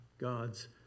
God's